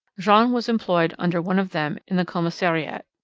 jean was employed under one of them in the commissariat.